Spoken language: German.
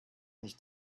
nicht